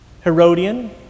Herodian